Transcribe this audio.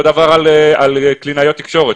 אותו דבר לגבי קלינאיות תקשורת,